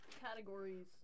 categories